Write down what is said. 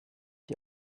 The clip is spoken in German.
die